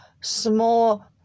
small